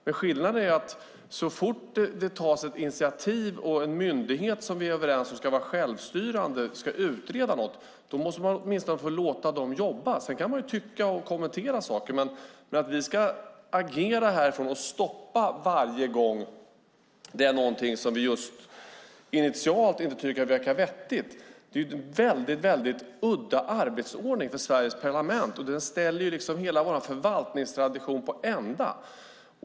Men så fort det tas ett initiativ och en myndighet som vi är överens om ska vara självstyrande ska utreda något, måste man åtminstone låta dem få jobba. Sedan kan man tycka och kommentera saker. Men att agera och stoppa varje gång det är något som vi initialt inte tycker verkar vettigt är en väldigt udda arbetsordning för Sveriges parlament. Det ställer liksom hela vår förvaltningstradition på ända.